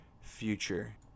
future